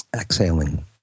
exhaling